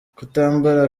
kutambara